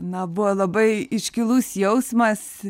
na buvo labai iškilus jausmas